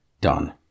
done